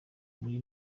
muri